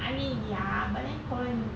I mean ya but then korean